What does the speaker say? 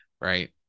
right